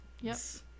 Yes